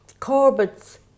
Corbett's